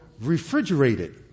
refrigerated